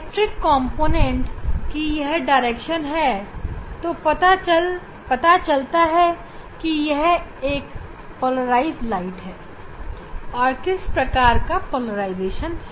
electric component की यह दिशा है तो पता चलता है कि यह एक पोलराइज प्रकाश है और किस प्रकार का पोलराइजेशन है